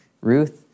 Ruth